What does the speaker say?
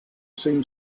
seemed